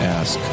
ask